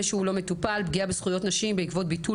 שהוא לא מטופל: פגיעה בזכויות נשים בעקבות ביטול